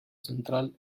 central